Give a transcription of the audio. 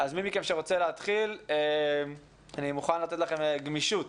מי מכם שרוצה להתחיל, אני מוכן לתת לכם גמישות.